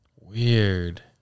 weird